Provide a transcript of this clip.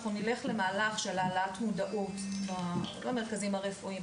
אנחנו נלך למהלך של העלאת מודעות במרכזים הרפואיים,